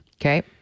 Okay